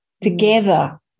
Together